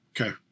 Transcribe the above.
Okay